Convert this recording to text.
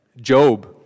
Job